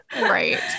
Right